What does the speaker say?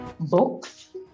Books